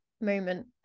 moment